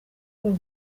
uruhu